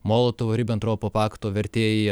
molotovo ribentropo pakto vertėja